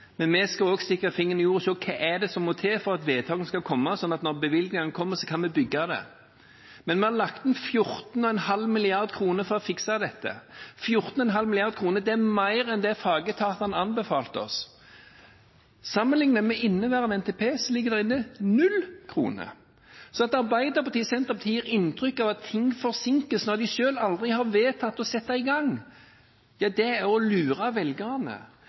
Men vi skal også stikke fingeren i jorda og se hva som må til for at vedtakene skal komme, slik at når bevilgningene kommer, så kan vi bygge. Men vi har lagt inn 14,5 mrd. kr for å fikse dette. 14,5 mrd. kr er mer enn det som fagetatene anbefalte oss å bruke. I den gjeldende NTP-en ligger det til sammenligning null kroner inne. Så når Arbeiderpartiet og Senterpartiet gir inntrykk av at ting forsinkes når de selv aldri har vedtatt å sette i gang, er å lure velgerne.